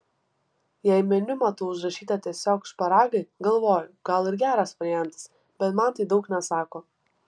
jei meniu matau užrašyta tiesiog šparagai galvoju gal ir geras variantas bet man tai daug nesako